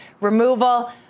removal